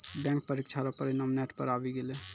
bank परीक्षा रो परिणाम नेट पर आवी गेलै